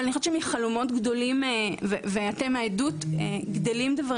אבל אני חושבת שמחלומות גדולים גדלים דברים ואתם העדות לזה.